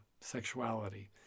sexuality